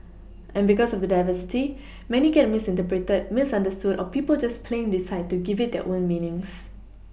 and because of the diversity many get misinterpreted misunderstood or people just plain decide to give it their own meanings